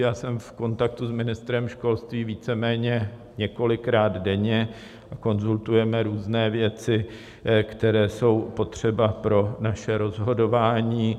Já jsem v kontaktu s ministrem školství víceméně několikrát denně, konzultujeme různé věci, které jsou potřeba pro naše rozhodování.